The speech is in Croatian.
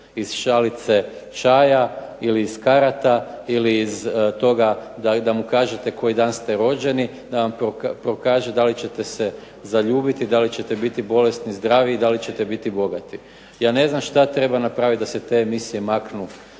iz šalice čaja ili iz karata ili iz toga da mu kažete koji dan ste rođeni da vam prokaže da li ćete se zaljubiti, da li ćete biti bolesni, zdravi i da li ćete biti bogati. Ja ne znam šta treba napraviti da se te emisije maknu